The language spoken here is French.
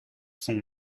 sont